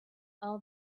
all